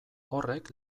horrek